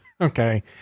Okay